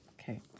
Okay